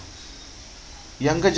younger